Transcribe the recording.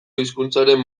hizkuntzaren